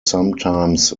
sometimes